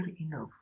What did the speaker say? enough